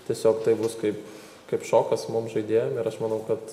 tiesiog tai bus kaip kaip šokas mum žaidėjam ir aš manau kad